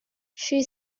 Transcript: she